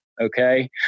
okay